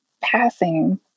passing